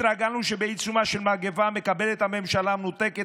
התרגלנו שבעיצומה של מגפה מקבלת הממשלה המנותקת